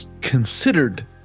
considered